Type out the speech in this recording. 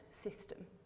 system